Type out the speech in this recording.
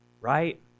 right